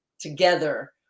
together